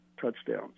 touchdowns